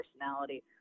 personality